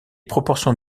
proportions